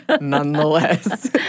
nonetheless